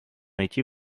найти